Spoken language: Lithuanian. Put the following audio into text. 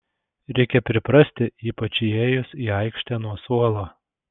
reikia priprasti ypač įėjus į aikštę nuo suolo